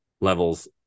levels